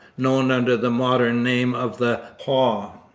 known under the modern name of the pas.